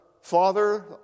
Father